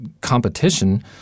competition